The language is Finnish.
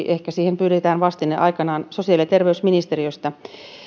ehkä aikanaan siihen pyydetään vastine sosiaali ja terveysministeriöstä